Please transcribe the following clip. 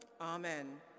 amen